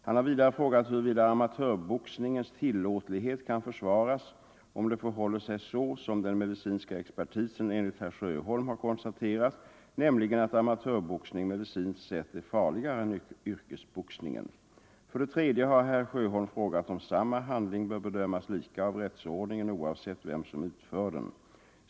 Han har vidare frågat huruvida amatörboxningens tillåtlighet kan försvaras om det förhåller sig så som den medicinska expertisen enligt herr Sjöholm har konstaterat, nämligen att amatörboxning medicinskt sett är farligare än yrkesboxningen. För det tredje har herr Sjöholm frågat om samma handling bör bedömas lika av rättsordningen oavsett vem som utför den.